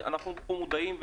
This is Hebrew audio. אנחנו מודעים.